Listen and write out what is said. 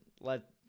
let